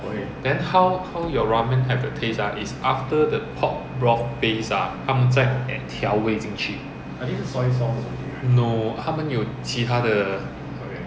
then how how your ramen have the taste ah is after the pork broth base ah 他们再调味进去 no 他们有其他的